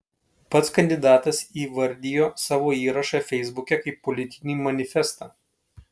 pats kandidatas įvardijo savo įrašą feisbuke kaip politinį manifestą